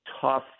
tough